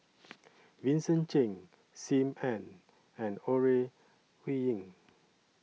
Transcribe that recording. Vincent Cheng SIM Ann and Ore Huiying